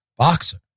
boxer